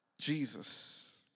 Jesus